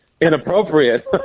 inappropriate